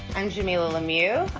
and jamilah lemieux.